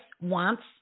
wants